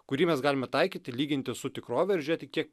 kurį mes galime taikyti lyginti su tikrove ir žiūrėti kiek